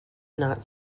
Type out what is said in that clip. not